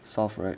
south right